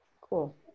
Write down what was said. cool